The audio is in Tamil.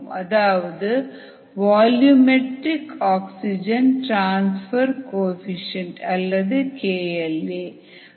அதாவது volumetric oxygen transfer coefficient அல்லது KL a